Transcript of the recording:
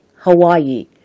Hawaii